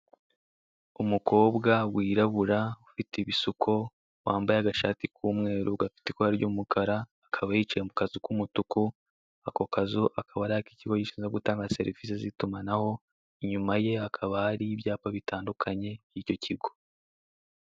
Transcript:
Umukobwa wirabura ufite ibisuko wambaye agashati k'umweru gafite ikora ry'umukara, akaba yicaye mu kazu k'umutuku, ako kazu akaba ari ak'ikigo gishinzwe gutanga serivise z'itumanaho, inyuma ye hakaba hari ibyapa bitandukanye by'icyo kigo.